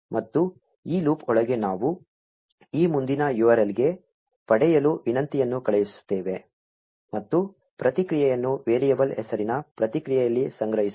ಮತ್ತು ಈ ಲೂಪ್ ಒಳಗೆ ನಾವು ಈ ಮುಂದಿನ URL ಗೆ ಪಡೆಯಲು ವಿನಂತಿಯನ್ನು ಕಳುಹಿಸುತ್ತೇವೆ ಮತ್ತು ಪ್ರತಿಕ್ರಿಯೆಯನ್ನು ವೇರಿಯಬಲ್ ಹೆಸರಿನ ಪ್ರತಿಕ್ರಿಯೆಯಲ್ಲಿ ಸಂಗ್ರಹಿಸುತ್ತೇವೆ